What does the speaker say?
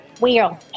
wheel